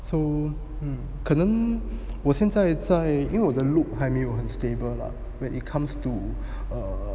so um 可能我现在在因为我的 loop 还没有很 stable lah when it comes to err